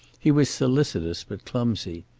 he was solicitous but clumsy.